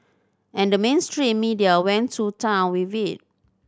and the mainstream media went to town with it